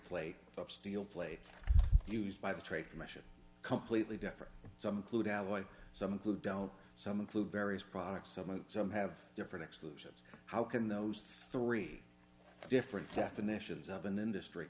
flake of steel plates used by the trade commission completely different some clued alloy some glue don't some include various products some and some have different exclusions how can those three different definitions of an industry